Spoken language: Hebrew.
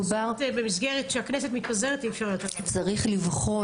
כשהכנסת מתפזרת אי אפשר --- צריך לבחון,